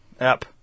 app